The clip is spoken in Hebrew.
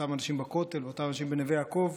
אותם אנשים בכותל ואותם אנשים בנווה יעקב,